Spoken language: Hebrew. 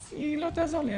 אז היא לא תעזור לי,